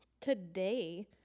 today